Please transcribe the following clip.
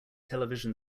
television